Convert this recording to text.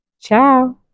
ciao